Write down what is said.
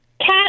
cat